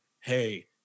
hey